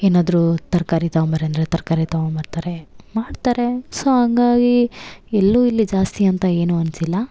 ಏನಾದ್ರು ತರಕಾರಿ ತಗೊಬರ್ರಿ ಅಂದರೆ ತರಕಾರಿ ತಗೊಬರ್ತರೆ ಮಾಡ್ತಾರೆ ಸೋ ಹಂಗಾಗಿ ಎಲ್ಲೂ ಇಲ್ಲಿ ಜಾಸ್ತಿ ಅಂತ ಏನೂ ಅನಿಸಿಲ್ಲ